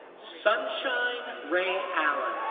sunshine raye allen,